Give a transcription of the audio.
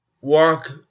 walk